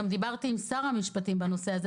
גם דיברתי עם שר המשפטים בנושא הזה.